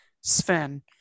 sven